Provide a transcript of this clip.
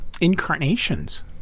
incarnations